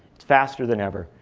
it's faster than ever.